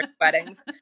weddings